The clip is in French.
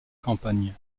campagne